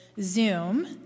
Zoom